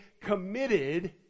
committed